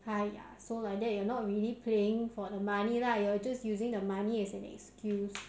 !aiya! so like that you not really playing for the money lah you're just using the money as an excuse